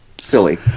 silly